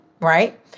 right